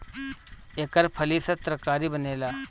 एकर फली से तरकारी बनेला